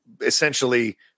essentially